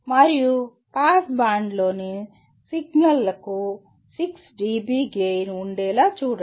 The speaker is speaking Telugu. మరియు పాస్ బ్యాండ్లోని సిగ్నల్లకు 6 dB గెయిన్ ఉండేలా చూడండి